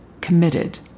committed